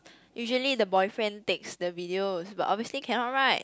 usually the boyfriend takes the videos but obviously cannot right